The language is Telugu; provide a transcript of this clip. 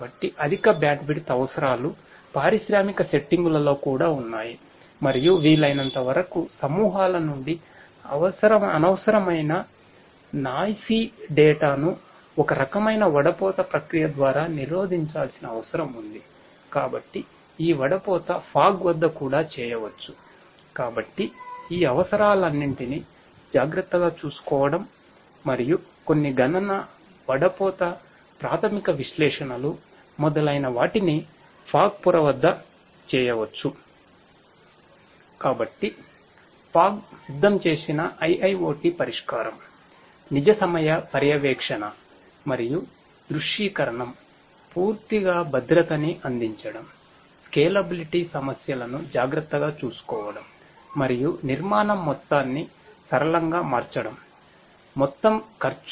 కాబట్టి అధిక బ్యాండ్విడ్త్ పొర వద్ద చేయవచ్చు